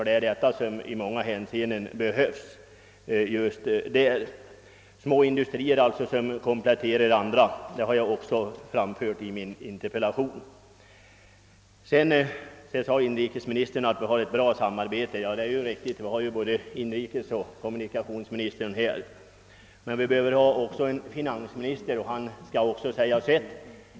Det är nämligen just detta som behövs — små industrier som kompletterar andra sådana — vilket jag också framfört i min interpellation. Inrikesministern nämnde att vi har ett gott samarbete mellan departementen. Ja, det är riktigt. Både inrikesministern och kommunikationsministern är ju här. Men vi skulle också behöva en finansminister som sade sitt.